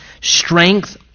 strength